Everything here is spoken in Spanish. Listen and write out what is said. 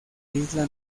isla